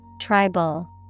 Tribal